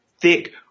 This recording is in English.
thick